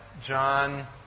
John